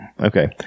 Okay